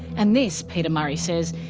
and this, peter murrey says,